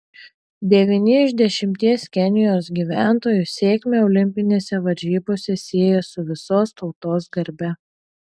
devyni iš dešimties kenijos gyventojų sėkmę olimpinėse varžybose sieja su visos tautos garbe